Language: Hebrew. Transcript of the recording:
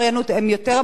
הם יותר עמוקים,